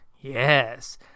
Yes